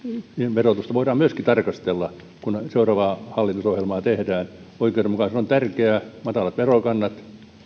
sijoitusverotusta voidaan myöskin tarkastella kun seuraavaa hallitusohjelmaa tehdään oikeudenmukaisuus on tärkeää matalat verokannat